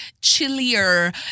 chillier